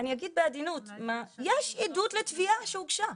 אני אגיד בעדינות, יש עדות לתביעה שהוגשה,